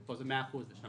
פה זה 100%, ושם